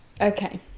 Okay